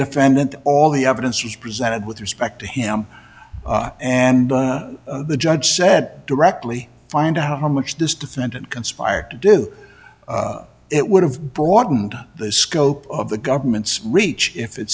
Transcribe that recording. defendant all the evidence was presented with respect to him and the judge said directly find out how much this defendant conspired to do it would have broadened the scope of the government's reach if it